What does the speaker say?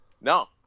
no